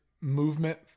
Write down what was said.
movement